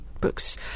books